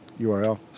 URL